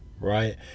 Right